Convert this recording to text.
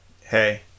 Hey